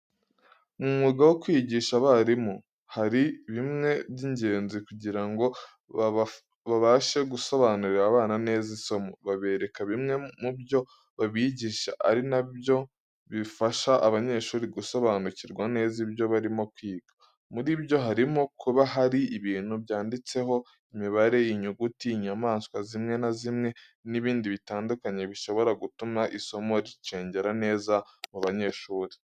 Mu mwuga wo kwigisha abarimu hari bimwe by'ingenzi kugira ngo babashe gusobanurira abana neza isomo, babereka bimwe mu byo babigisha ari na byo bifasha abanyeshuri gusobanukirwa neza ibyo barimo kwiga. Muri byo harimo kuba hari ibintu byanditseho imibare, inyuguti, inyamaswa zimwe na zimwe n'ibindi bitandukanye bishobora gutuma isomo ricengera neza mu banyeshuri.